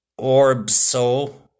Orbso